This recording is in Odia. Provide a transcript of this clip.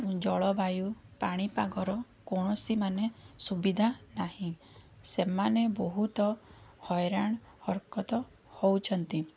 ଜଳବାୟୁ ପାଣିପାଗର କୌଣସି ମାନେ ସୁବିଧା ନାହିଁ ସେମାନେ ବହୁତ ହଇରାଣ ହରକତ ହେଉଛନ୍ତି